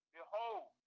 Behold